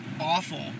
awful